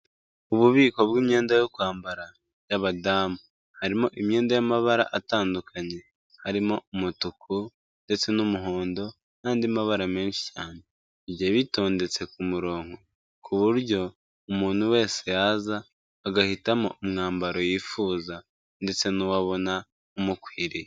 Ububiko bw'imyenda yo kwambara y'abadamu, harimo imyenda y'amabara atandukanye, harimo umutuku ndetse n'umuhondo n'andi mabara menshi cyane, bigiye bitondetse ku murongo, ku buryo umuntu wese yaza agahitamo umwambaro yifuza ndetse n'uwo abona umukwiriye.